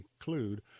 include